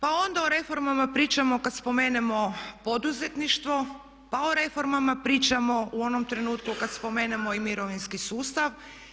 Pa onda o reformama pričamo kada spomenemo poduzetništvo, pa o reformama pričamo u onom trenutku kada spomenemo i mirovinski sustav.